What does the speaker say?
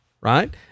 Right